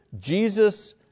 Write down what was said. Jesus